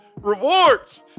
rewards